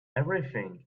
everything